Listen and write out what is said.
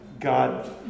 God